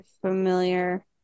familiar